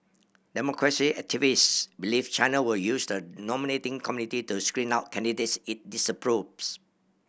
democracy activists believe China will use the nominating committee to screen out candidates it disapproves